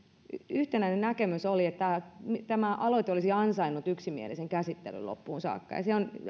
yhtenäinen näkemys oli että tämä aloite olisi ansainnut yksimielisen käsittelyn loppuun saakka ja